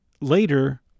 later